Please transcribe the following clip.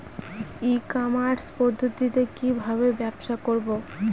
ই commerce পদ্ধতিতে কি ভাবে ব্যবসা করব?